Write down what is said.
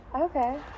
okay